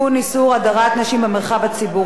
איסור הדרת נשים במרחב הציבורי),